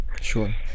sure